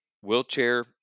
wheelchair